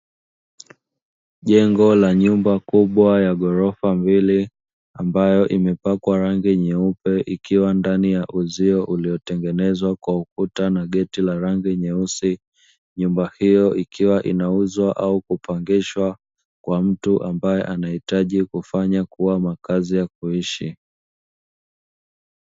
Jengo la nyumba kubwa ya ghorofa mbili ambayo imepakwa rangi nyeupe ikiwa ndani ya uzio uliotengenezwa kwa ukuta na geti la rangi nyeusi. Nyumba hiyo ikiwa inauzwa au kupangishwa kwa mtu ambaye anahitaji kufanya kuwa makazi ya kuishi.